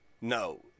no